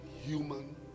human